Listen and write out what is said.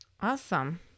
Awesome